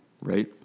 Right